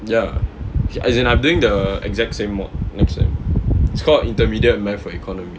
ya as in I'm doing the exact same mod next sem it's called intermediate life for economy